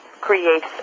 creates